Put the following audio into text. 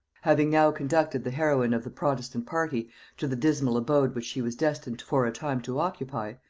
having now conducted the heroine of the protestant party to the dismal abode which she was destined for a time to occupy,